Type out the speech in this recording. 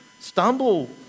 stumble